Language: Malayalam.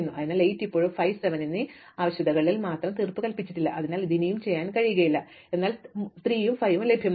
അതിനാൽ 8 ഇപ്പോഴും 5 7 എന്നീ ആവശ്യകതകളിൽ മാത്രം തീർപ്പുകൽപ്പിച്ചിട്ടില്ല അതിനാൽ ഇത് ഇനിയും ചെയ്യാൻ കഴിയില്ല എന്നാൽ 3 ഉം 5 ഉം ലഭ്യമാണ്